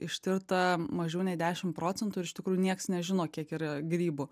ištirta mažiau nei dešim procentų ir iš tikrųjų nieks nežino kiek yra grybų